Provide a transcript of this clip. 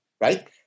right